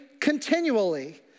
continually